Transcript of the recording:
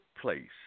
place